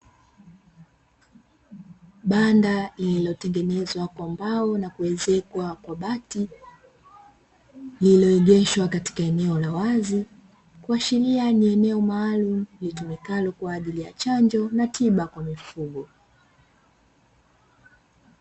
Banda lililotengenezwa kwa mbao na kuezekwa kwa bati lililoegeshwa katika eneo la wazi kuashiria ni eneo maalum litumikalo kwa ajili ya chanjo na tiba kwa mifugo.